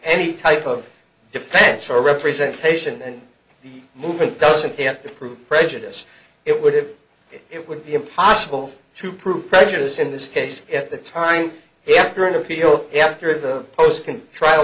any type of defense or representation and the movement doesn't have to prove prejudice it would have it would be impossible to prove prejudice in this case at the time he after an appeal after the post can trial